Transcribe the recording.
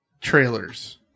trailers